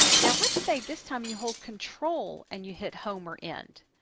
now let's say this time you hold control and you hit home or end.